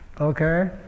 okay